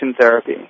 therapy